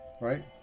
right